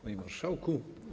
Panie Marszałku!